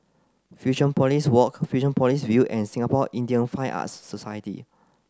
Fusionopolis Walk Fusionopolis View and Singapore Indian Fine Arts Society